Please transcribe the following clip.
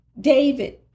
David